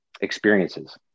experiences